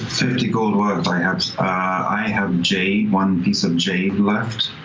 fifty gold worth, i ah i have jade, one piece of jade left.